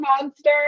monster